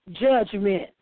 judgment